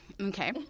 Okay